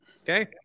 Okay